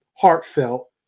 heartfelt